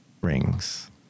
rings